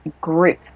group